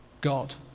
God